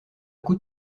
coups